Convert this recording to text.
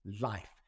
life